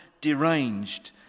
deranged